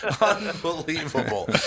Unbelievable